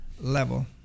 level